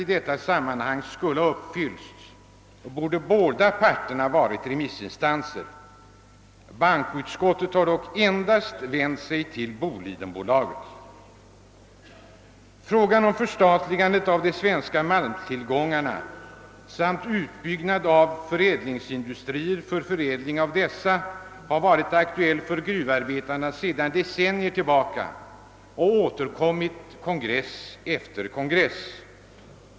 Om någon rättfärdighet skulle ha uppfyllts borde båda parter ha varit remissinstanser. Bankoutskottet har dock endast vänt sig till Bolidenbolaget. | Frågan om förstatligande av de svenska malmtillgångarna samt utbyggnad av industrier för förädling av malmen har varit aktuell för gruvarbetarna sedan decennier tillbaka och återkommit kongress efter kongress.